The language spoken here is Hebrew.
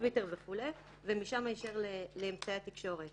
מטפלים בנושא הזה כבר תקופה ארוכה.